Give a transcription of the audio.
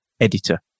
editor